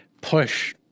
push